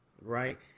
Right